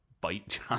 bite